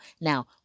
now